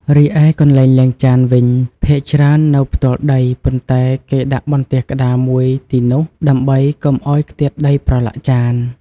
រីឯកន្លែងលាងចានវិញ ភាគច្រើននៅផ្ទាល់ដី ប៉ុន្តែគេដាក់បន្ទះក្ដារមួយទីនោះ ដើម្បីកុំឱ្យខ្ទាតដីប្រឡាក់ចាន។